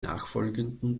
nachfolgenden